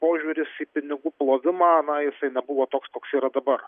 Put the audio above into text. požiūris į pinigų plovimą na jisai nebuvo toks koks yra dabar